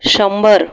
शंभर